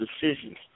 decisions